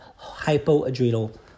hypoadrenal